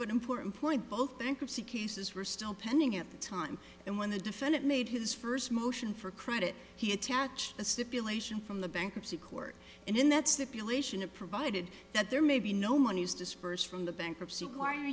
but important point both bankruptcy cases were still pending at the time and when the defendant made his first motion for credit he attached the stipulation from the bankruptcy court and in that's the appeal ation it provided that there may be no monies disbursed from the bankruptcy